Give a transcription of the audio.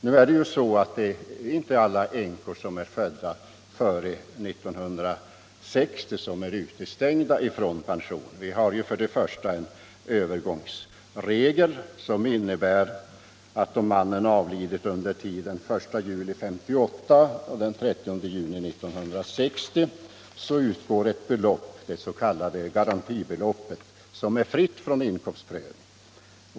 Nu är inte alla änkor födda före 1960 utestängda från pension. Vi har för det första en övergångsregel som innebär att då mannen avlidit under tiden den 1 juli 1958 — den 30 juni 1960 är ett belopp, det s.k. garantibeloppet, fritt från inkomstprövning.